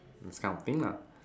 this kind of thing lah